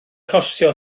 costio